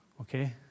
okay